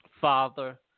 Father